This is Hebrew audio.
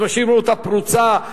אז משאירים אותה פרוצה,